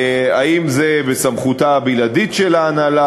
האם זה בסמכותה הבלעדית של ההנהלה?